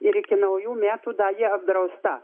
ir iki naujų metų dar jiapdrausta